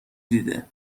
دیده